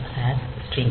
dptr string